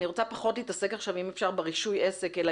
אני רוצה פחות להתעסק עכשיו אם אפשר ברישוי עסק אלא